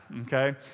okay